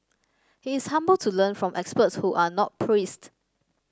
he is humble to learn from experts who are not priests